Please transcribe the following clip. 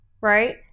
Right